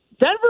Denver